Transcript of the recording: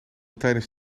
tijdens